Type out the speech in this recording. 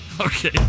Okay